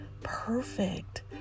perfect